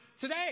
today